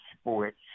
sports